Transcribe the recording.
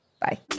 Bye